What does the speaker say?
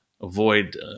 avoid